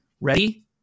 Ready